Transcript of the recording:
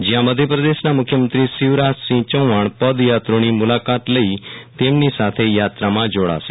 જયાં મધ્યપ્રદેશના મુખ્યમંત્રી શિવરાજસિંહ ચૌહાણ પદયાત્રીઓની મુલાકાત લઈ તેમની સાથે યાત્રામાં જોડાશે